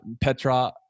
Petra